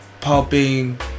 Popping